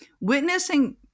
witnessing